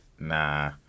Nah